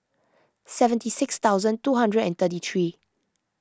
seventy six thousand two hundred and thirty three